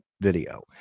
video